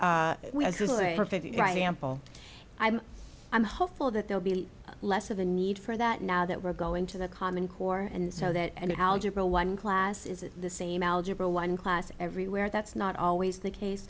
ample i'm i'm hopeful that they'll be less of a need for that now that we're going to the common core and so that an algebra one class isn't the same algebra one class every where that's not always the